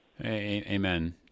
Amen